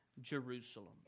Jerusalem